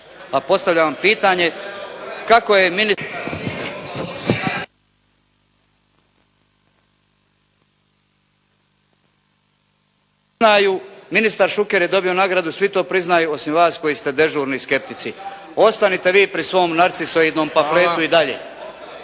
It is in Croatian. se ne razumiju./ … ministar Šuker je dobio nagradu, svi to priznaju osim vas koji ste dežurni skeptici. Ostanite vi pri svom narcisoidnom pamfletu i dalje.